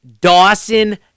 Dawson